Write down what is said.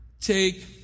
take